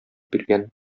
биргән